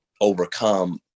overcome